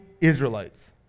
Israelites